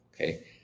okay